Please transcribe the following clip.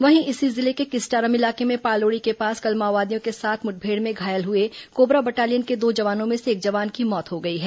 वहीं इसी जिले के किस्टारम इलाके में पालोड़ी के पास कल माओवादियों के साथ मुठभेड़ में घायल हुए कोबरा बटालियन के दो जवानों में से एक जवान की मौत हो गई है